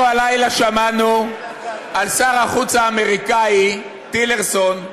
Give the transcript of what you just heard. אנחנו הלילה שמענו על שר החוץ האמריקני טילרסון,